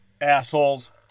Assholes